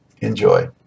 Enjoy